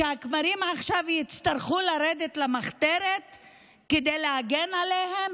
שהכמרים עכשיו יצטרכו לרדת למחתרת כדי להגן עליהם?